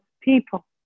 people